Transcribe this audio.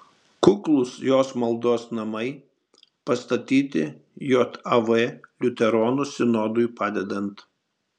kuklūs jos maldos namai pastatyti jav liuteronų sinodui padedant